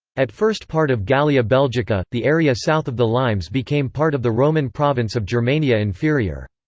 at first part of gallia belgica, the area south of the limes became part of the roman province of germania inferior.